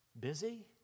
Busy